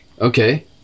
Okay